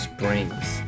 Springs